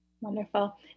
Wonderful